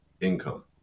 income